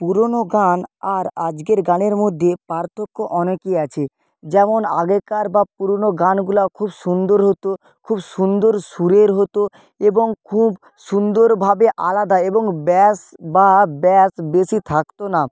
পুরনো গান আর আজকের গানের মধ্যে পার্থক্য অনেকই আছে যেমন আগেকার বা পুরনো গানগুলো খুব সুন্দর হতো খুব সুন্দর সুরের হতো এবং খুব সুন্দরভাবে আলাদা এবং ব্যাস বা ব্যাস বেশি থাকতো না